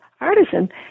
artisan